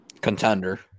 contender